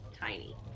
Tiny